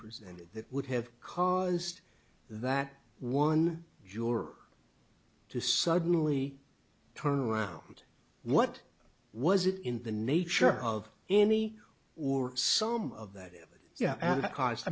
presented that would have caused that one juror to suddenly turn around what was it in the nature of any or some of that yeah